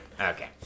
Okay